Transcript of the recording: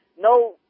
No